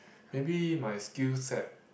maybe my skillset